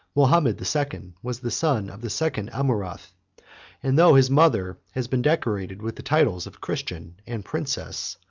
mahomet the second was the son of the second amurath and though his mother has been decorated with the titles of christian and princess,